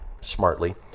smartly